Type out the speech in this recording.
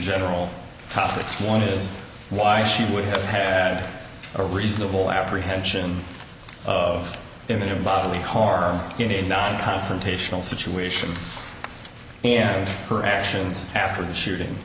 general topics one is why she would have had a reasonable apprehension of in their bodily harm getting non confrontational situation and her actions after the shooting